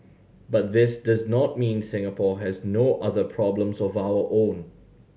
but this does not mean Singapore has no other problems of our own